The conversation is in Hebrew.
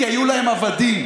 כי היו להם עבדים.